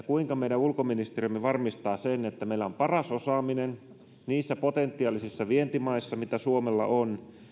kuinka meidän ulkoministerimme varmistaa sen että meillä on paras osaaminen niissä potentiaalisissa vientimaissa mitä suomella on